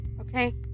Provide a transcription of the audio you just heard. okay